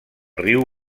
riu